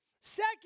Second